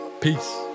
Peace